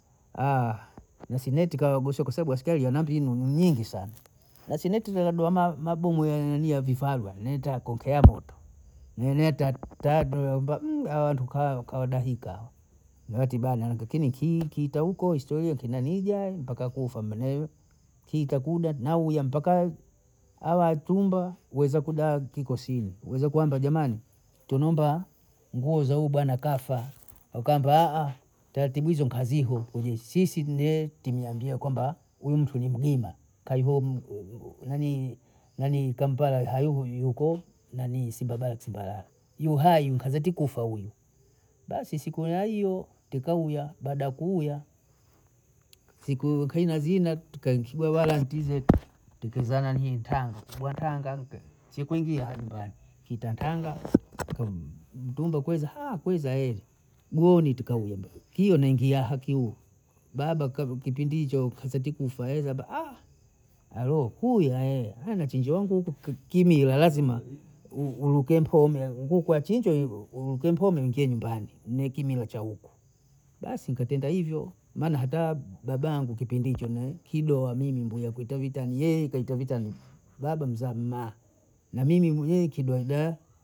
Aha mwasemeatikawa wagosowa kwa sabu askari ana mbinu nyingi sana, basi netizolagu la mabomu ya ya nanii ya vifaru netakonkea moto, nieneta taduoga hawa tukaa kawadahika, wati bana kinikii kitahuko historia kinaniga mpaka kufa minei, kiita kuda nauya mpaka hawa chunda weze kudaha kikosini, wezwa kwamba jamani tunumbaa nguo za huyu bwana kafa akammbiwa taratibu hizo hazipo kujeshi, sisi ndye timiambia kwamba huyu mntu ni mgima nanii kampala haikujua ukweyi nanii simba dai simba yala, iyo hayi ukazeti kufa huyu, basi siku yahiyo tukauya, siku iliyokuwa inazina tika ikiga wala ntize tikizana nii ntanga kubwa ntanga mpe, chikuji hauja nyumbani kiita tanga mtumwe keza kwiza mliuni tikauyambukia ingiaya aha ke, baada yaka kipindi hicho kaseti kufa ezaba hayoo kuya au machinjio ya nguku, kimbia lazima uruke mponyo nguku achinjwe uruke mponyo uingie nyumbani ne kimila chahuku, basi nikapenda hivyo maana hata baba angu kipindi hicho mie kidoha mimi ndye kuitawita myee kaita vita bado mzaa mma na mimi mwiyi kidoido